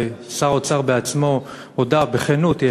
שר האוצר בעצמו הודה היום בכנות,